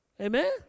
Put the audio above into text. Amen